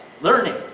learning